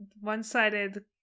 one-sided